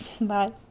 Bye